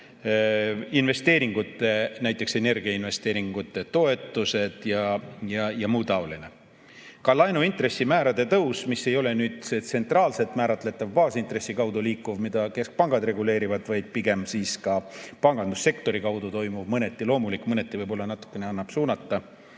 investeeringute, näiteks energiainvesteeringute toetused ja muu taoline. Ka laenude intressimäärade tõus, mis ei ole tsentraalselt määratletav, baasintressi kaudu liikuv, mida keskpangad reguleerivad, vaid pigem ka pangandussektori kaudu toimuv, mõneti loomulik, mõneti võib-olla natukene annab suunata.